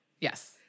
Yes